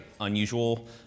Unusual